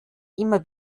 immer